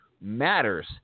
matters